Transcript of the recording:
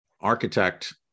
architect